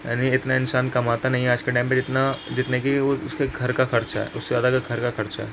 یعنی اتنا انسان کماتا نہیں ہے آج کے ٹائم پہ جتنا جتنے کہ وہ اس کے گھر کا خرچہ ہے اس سے زیادہ کا گھر کا خرچہ ہے